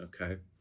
okay